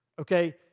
Okay